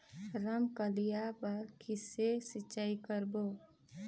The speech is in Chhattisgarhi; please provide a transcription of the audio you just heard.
रमकलिया बर कइसे सिचाई करबो?